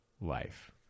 life